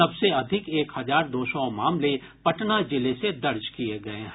सबसे अधिक एक हजार दो सौ दो मामले पटना जिले से दर्ज किये गये हैं